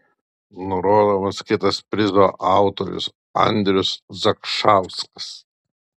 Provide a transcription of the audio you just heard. nurodomas kitas prizo autorius andrius zakšauskas